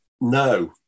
no